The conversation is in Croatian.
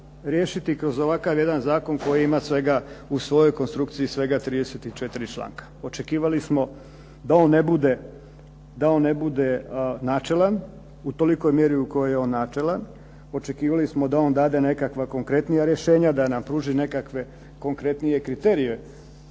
riješiti kroz ovakav jedan zakon koji ima svega u svojoj konstrukciji svega 34 članka. Očekivali smo da on ne bude načelan u tolikoj mjeri u kojoj je on načelan, očekivali smo da on dade nekakva konkretnija rješenja, da nam pruži nekakve konkretnije kriterije